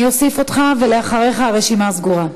אני אוסיף אותך, ואחריך הרשימה סגורה.